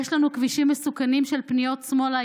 יש לנו כבישים מסוכנים של פניות שמאלה.